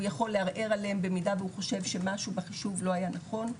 הוא יכול לערער עליהם במידה והוא חושב שמשהו בחישוב לא היה נכון,